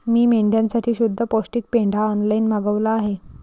मी मेंढ्यांसाठी शुद्ध पौष्टिक पेंढा ऑनलाईन मागवला आहे